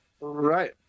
right